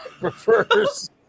prefers